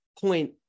point